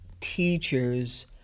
teachers